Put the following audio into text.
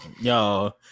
Yo